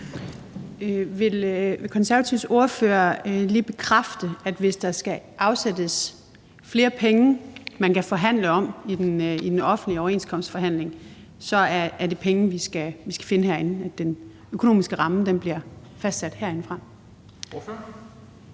Vil Konservatives ordfører lige bekræfte, at hvis der skal afsættes flere penge, man kan forhandle om i den offentlige overenskomstforhandling, så er det penge, vi skal finde herinde, altså at den økonomiske ramme bliver fastsat herindefra?